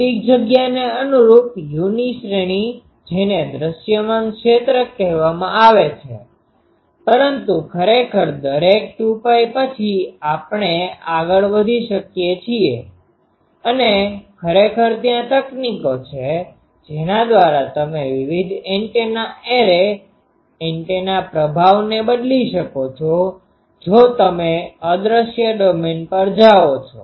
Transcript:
ભૌતિક જગ્યાને અનુરૂપ uની શ્રેણી જેને દૃશ્યમાન ક્ષેત્ર કહેવામાં આવે છે પરંતુ ખરેખર દરેક 2Π પછી આપણે આગળ વધી શકીએ છીએ અને ખરેખર ત્યાં તકનીકો છે જેના દ્વારા તમે વિવિધ એન્ટેના એરે એન્ટેના પ્રભાવને બદલી શકો છો જો તમે અદૃશ્ય ડોમેઈન પર જાઓ છો